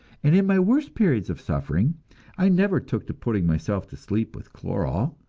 and in my worst periods of suffering i never took to putting myself to sleep with chloral,